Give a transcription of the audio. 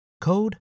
code